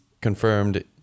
confirmed